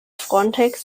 frontex